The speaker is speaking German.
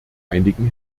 einigen